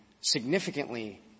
significantly